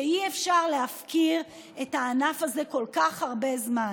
שאי-אפשר להפקיר את הענף הזה כל כך הרבה זמן.